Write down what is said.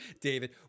David